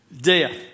death